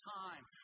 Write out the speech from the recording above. time